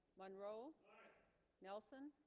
monroe nelson